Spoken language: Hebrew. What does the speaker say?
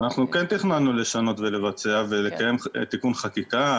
אנחנו כן תכננו לשנות ולבצע ולקיים תיקון חקיקה,